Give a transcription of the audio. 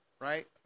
right